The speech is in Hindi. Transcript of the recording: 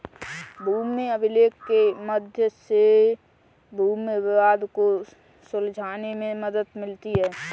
भूमि अभिलेख के मध्य से भूमि विवाद को सुलझाने में मदद मिलती है